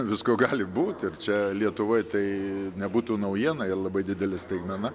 visko gali būt ir čia lietuvoj tai nebūtų naujiena ir labai didelė staigmena